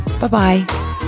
Bye-bye